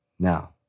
Now